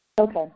Okay